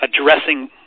addressing